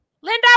Linda